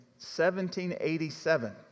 1787